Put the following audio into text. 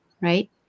Right